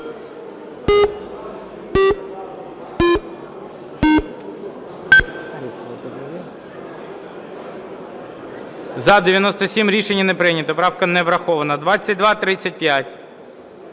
За-97 Рішення не прийнято, правка не врахована. 2235.